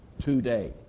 today